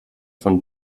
von